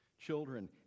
Children